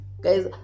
Guys